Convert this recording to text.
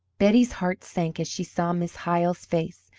betty's heart sank as she saw miss hyle's face.